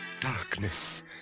darkness